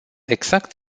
exact